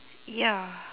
ya